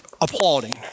Applauding